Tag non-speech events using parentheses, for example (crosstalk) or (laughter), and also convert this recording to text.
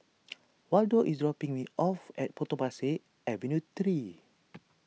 (noise) Waldo is dropping me off at Potong Pasir Avenue three (noise)